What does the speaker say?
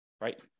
right